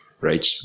right